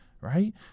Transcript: right